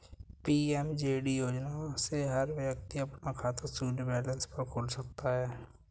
PMJD योजना से हर व्यक्ति अपना खाता शून्य बैलेंस पर खोल सकता है